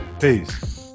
Peace